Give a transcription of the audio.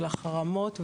של החרמות,